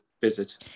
visit